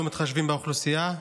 לא מתחשבים באוכלוסייה.